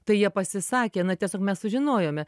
tai jie pasisakė na tiesiog mes sužinojome